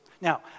Now